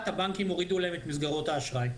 הבנקים הורידו להם את מסגרות האשראי.